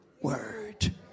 word